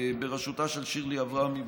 בראשותה של שירלי אברמי.